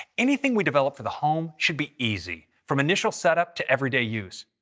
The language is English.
anything we develop for the home should be easy, from initial setup to everyday use,